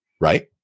Right